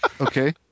okay